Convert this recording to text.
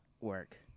work